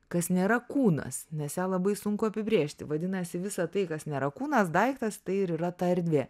kas nėra kūnas nes ją labai sunku apibrėžti vadinasi visa tai kas nėra kūnas daiktas tai ir yra ta erdvė